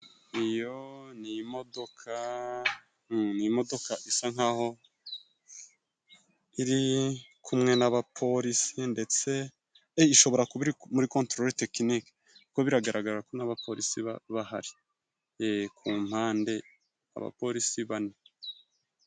Iyo ni imodoka, ni imodoka isa nk'aho iri kumwe n'abapolisi ndetse ishobora muri kontrore tekinike kuko biragaragara ko n'abapolisi bahari ku mpande, abapolisi bane.